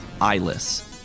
eyeless